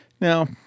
Now